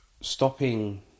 stopping